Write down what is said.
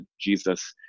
Jesus